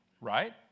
Right